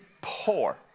poor